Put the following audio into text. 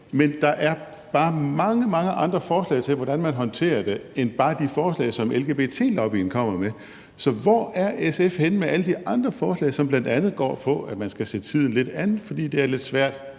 men der er bare mange, mange andre forslag til, hvordan man håndterer det, end bare de forslag, som lgbt-lobbyen kommer med. Så hvor er SF henne med alle de andre forslag, som bl.a. går på, at man skal se tiden lidt an, fordi det er lidt svært